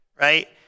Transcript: Right